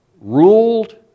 ruled